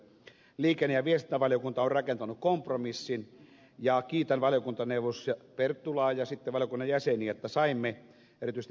liikenne ja viestintävaliokunta on rakentanut kompromissin ja kiitän valiokuntaneuvos perttulaa ja valiokunnan jäseniä erityisesti ed